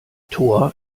tor